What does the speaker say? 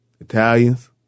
Italians